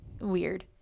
weird